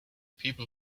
people